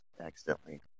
accidentally